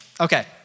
Okay